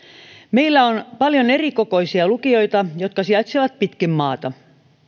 meillä on paljon erikokoisia lukioita jotka sijaitsevat pitkin maata